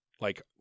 Like-